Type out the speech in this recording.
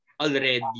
already